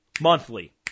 Monthly